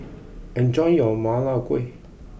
enjoy your Ma Lai Gao